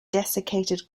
desiccated